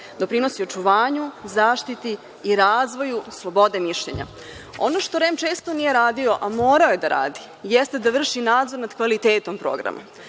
naglasila, očuvanju, zaštiti i razvoju slobode mišljenja. Ono što REM često nije radio, a morao je da radi jeste da vrši nadzor nad kvalitetom programa.